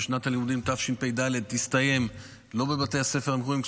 ששנת הלימודים תשפ"ד תסתיים לא בבתי הספר המקוריים,